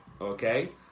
okay